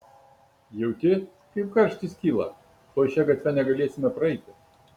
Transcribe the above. jauti kaip karštis kyla tuoj šia gatve negalėsime praeiti